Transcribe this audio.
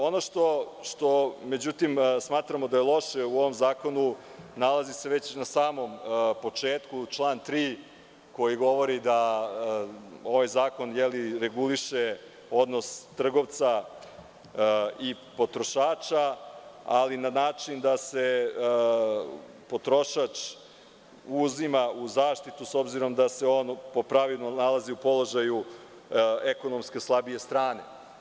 Ono što smatramo da je loše u ovom zakonu, nalazi se već na samom početku, član 3, koji govori da ovaj zakon reguliše odnos trgovca i potrošača, ali na način da se potrošač uzima u zaštitu, s obzirom da se on po pravilu nalazi u položaju ekonomske slabije strane.